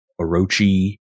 Orochi